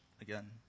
again